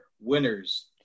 winners